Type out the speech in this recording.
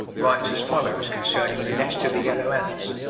writes as follows concerning the nests of the yellow ants,